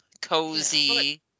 cozy